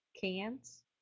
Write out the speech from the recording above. cans